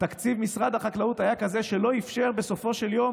תקציב משרד החקלאות היה כזה שלא אפשר בסופו של יום